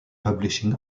publishing